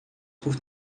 por